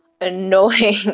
annoying